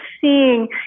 seeing